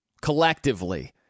collectively